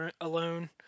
alone